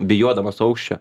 bijodamas aukščio